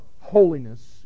holiness